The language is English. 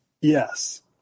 Yes